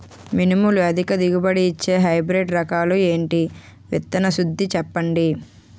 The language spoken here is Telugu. మినుములు అధిక దిగుబడి ఇచ్చే హైబ్రిడ్ రకాలు ఏంటి? విత్తన శుద్ధి చెప్పండి?